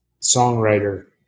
songwriter